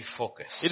focus